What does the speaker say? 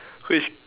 which